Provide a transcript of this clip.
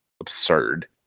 absurd